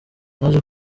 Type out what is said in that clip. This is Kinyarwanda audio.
naje